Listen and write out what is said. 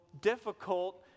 difficult